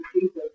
Jesus